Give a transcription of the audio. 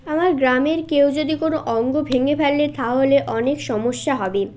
আমার গ্রামের কেউ যদি কোনো অঙ্গ ভেঙে ফেলে তাহলে অনেক সমস্যা হবে